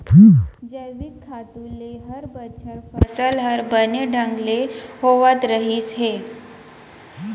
जैविक खातू ले हर बछर फसल हर बने ढंग ले होवत रहिस हे